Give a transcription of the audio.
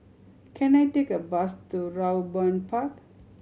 can I take a bus to Raeburn Park